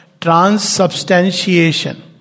transubstantiation